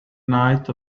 night